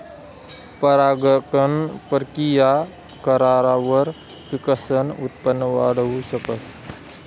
परागकण परकिया करावर पिकसनं उत्पन वाढाऊ शकतस